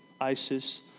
ISIS